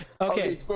Okay